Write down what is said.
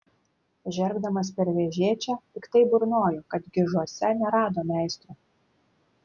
žergdamas per vežėčią piktai burnojo kad gižuose nerado meistro